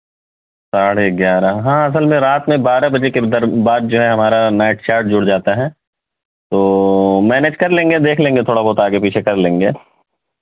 ساڑھے گیارہ ہاں اصل میں رات میں بارہ بجے کے در بعد جو ہے ہمارا نائٹ چارج جُڑ جاتا ہے تو مینیج کر لیں گے دیکھ لیں گے تھوڑا بہت آگے پیچھے کر لیں گے